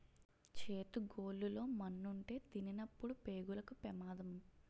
చేతి గోళ్లు లో మన్నుంటే తినినప్పుడు పేగులకు పెమాదం